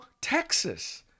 Texas